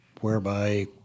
whereby